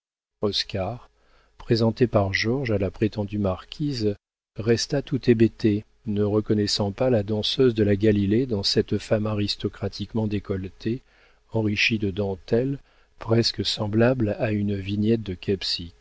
oscar présenté par georges à la prétendue marquise resta tout hébété ne reconnaissant pas la danseuse de la gaîté dans cette femme aristocratiquement décolletée enrichie de dentelles presque semblable à une vignette de